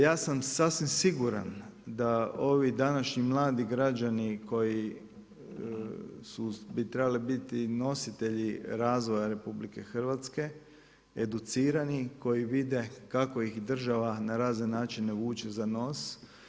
Ja sam sasvim siguran da ovi današnji mladi građani koji bi trebali biti nositelji razvoja RH, educirani, koji vide kako ih država na razne načine vuče za nos.